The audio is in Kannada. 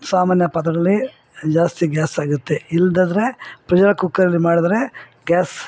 ಸಾಮಾನ್ಯ ಪಾತ್ರೆಗಳಲ್ಲಿ ಜಾಸ್ತಿ ಗ್ಯಾಸಾಗತ್ತೆ ಇಲ್ಲದಿದ್ರೆ ಪ್ರೆಷರ್ ಕುಕ್ಕರಲ್ಲಿ ಮಾಡಿದರೆ ಗ್ಯಾಸ್